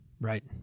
Right